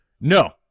No